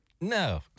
No